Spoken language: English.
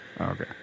Okay